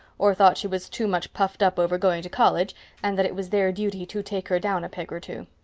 or thought she was too much puffed-up over going to college and that it was their duty to take her down a peg or two.